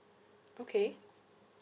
okay